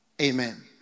Amen